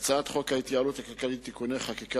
הצעת חוק ההתייעלות הכלכלית (תיקוני חקיקה